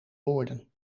woorden